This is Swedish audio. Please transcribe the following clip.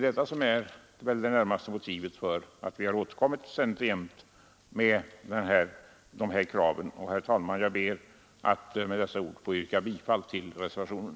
Det är motivet till att vi ständigt och jämt återkommit med dessa krav. Herr talman! Med dessa ord ber jag att få yrka bifall till reservationen.